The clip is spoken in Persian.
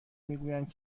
میگویند